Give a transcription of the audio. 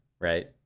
right